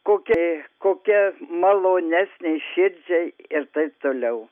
kokiai kokia malonesnei širdžiai ir taip toliau